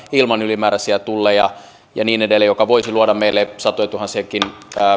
ilman ylimääräisiä tulleja ja niin edelleen mikä voisi luoda meille satojatuhansiakin